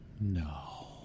No